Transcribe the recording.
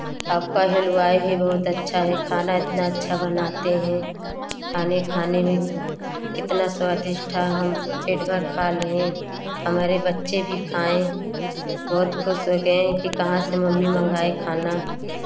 आपका हलवाई भी बहुत अच्छा है खाना इतना अच्छा बनाते हैं खाने खाने में कितना स्वादिष्ट था हम पेट भर खा लिए हमारे बच्चे भी खाएँ बहोत खुश हो गए हैं कि कहाँ से मम्मी मंगाए खाना